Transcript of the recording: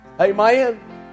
Amen